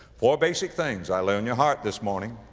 four basic things i lay on your heart this morning.